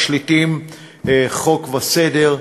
משליטים חוק וסדר.